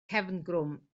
cefngrwm